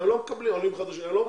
לא מקבלים בכלל.